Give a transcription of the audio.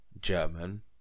German